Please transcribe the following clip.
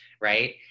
right